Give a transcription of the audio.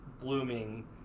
blooming